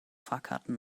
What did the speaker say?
fahrkarten